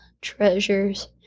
treasures